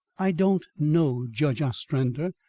i don't know, judge ostrander.